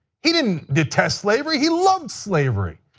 he didn't the test slavery he loved slavery.